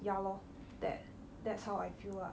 ya lor that that's how I feel lah